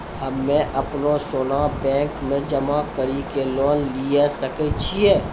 हम्मय अपनो सोना बैंक मे जमा कड़ी के लोन लिये सकय छियै?